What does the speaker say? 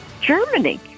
Germany